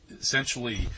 essentially